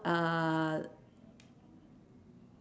uh